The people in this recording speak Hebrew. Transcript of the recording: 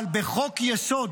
אבל בחוק-יסוד